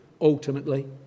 ultimately